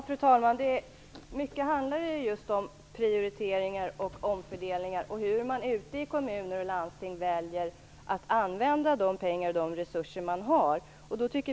Fru talman! Mycket handlar just om prioriteringar och omfördelningar och hur man ute i kommuner och landsting väljer att använda de pengar och resurser man har.